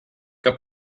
que